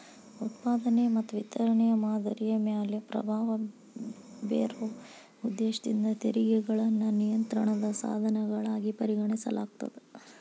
ಉತ್ಪಾದನೆ ಮತ್ತ ವಿತರಣೆಯ ಮಾದರಿಯ ಮ್ಯಾಲೆ ಪ್ರಭಾವ ಬೇರೊ ಉದ್ದೇಶದಿಂದ ತೆರಿಗೆಗಳನ್ನ ನಿಯಂತ್ರಣದ ಸಾಧನಗಳಾಗಿ ಪರಿಗಣಿಸಲಾಗ್ತದ